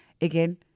again